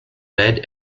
red